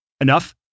enough